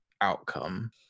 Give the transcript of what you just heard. outcome